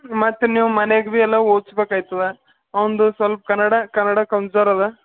ಮತ್ತೆ ನೀವು ಮನೆಗೆ ಭೀ ಎಲ್ಲ ಓದಿಸಬೇಕಾಯ್ತದ ಅವನದು ಸ್ವಲ್ಪ ಕನ್ನಡ ಕನ್ನಡ ಕಂಝೋರ್ ಅದ